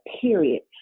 period